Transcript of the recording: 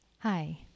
Hi